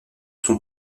sont